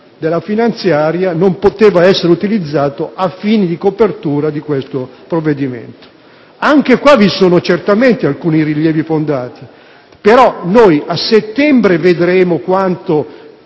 legge finanziaria non poteva essere utilizzato a fini di copertura di questo provvedimento. Anche in questo caso vi sono certamente alcuni rilievi fondati, e a settembre vedremo quanto